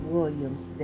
Williams